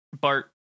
Bart